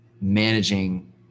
managing